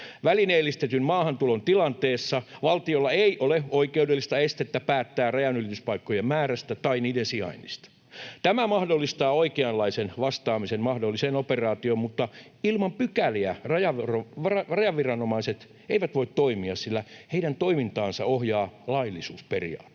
Välineellistetyn maahantulon tilanteessa valtiolla ei ole oikeudellista estettä päättää rajanylityspaikkojen määrästä tai niiden sijainnista Tämä mahdollistaa oikeanlaisen vastaamisen mahdolliseen operaatioon, mutta ilman pykäliä rajaviranomaiset eivät voi toimia, sillä heidän toimintaansa ohjaa laillisuusperiaate.